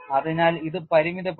അതിനാൽ ഇത് പരിമിതപ്പെടുത്തി